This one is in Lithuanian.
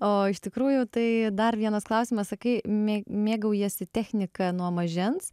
o iš tikrųjų tai dar vienas klausimas sakai mė mėgaujiesi technika nuo mažens